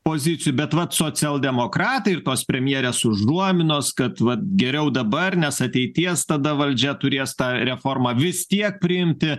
pozicijų bet vat socialdemokratai ir tos premjerės užuominos kad vat geriau dabar nes ateities tada valdžia turės tą reformą vis tiek priimti